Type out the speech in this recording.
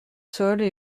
saules